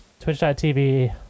Twitch.tv